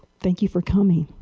thank you for coming.